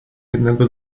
jednego